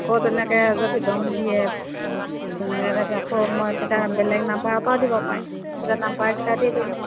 আকৌ তেনেকৈ যদি দম দিয়ে তেনেকৈ আকৌ মই তেতিয়া বেলেগ নাম্বাৰৰ পৰাও দিব পাৰে তেতিয়া নাম্বাৰকেইটা দি দিম